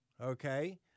okay